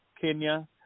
Kenya